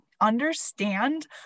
understand